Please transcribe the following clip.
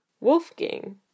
Wolfgang